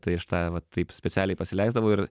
tai aš tą va taip specialiai pasileisdavau ir